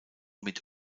mit